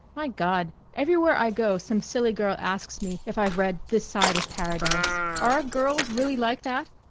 my god! everywhere i go some silly girl asks me if i've read this side of paradise are our girls really like that?